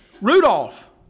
Rudolph